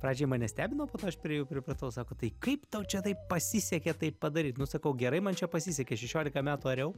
pradžioj mane stebino po to aš prie jų pripratau sako tai kaip tau čia taip pasisekė tai padaryt nu sakau gerai man čia pasisekė šešiolika metų ariau